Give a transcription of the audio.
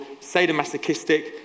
sadomasochistic